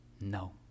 no